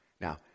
Now